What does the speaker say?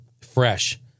fresh